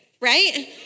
right